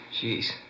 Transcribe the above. Jeez